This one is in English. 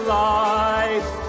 life